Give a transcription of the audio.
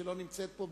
שלא נמצאת פה,